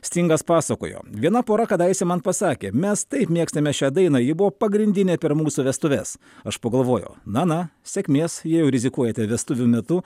stingas pasakojo viena pora kadaise man pasakė mes taip mėgstame šią dainą ji buvo pagrindinė per mūsų vestuves aš pagalvojau na na sėkmės jei jau rizikuojate vestuvių metu